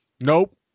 Nope